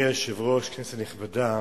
אדוני היושב-ראש, כנסת נכבדה,